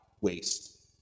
waste